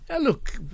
Look